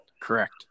Correct